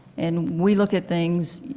and we look at things.